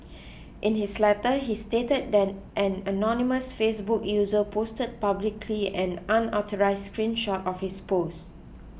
in his letter he stated that an anonymous Facebook user posted publicly an unauthorised screen shot of his post